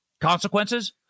consequences